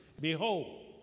Behold